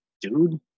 dude